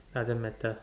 doesn't matter